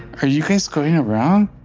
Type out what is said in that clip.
are you guys going around?